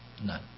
None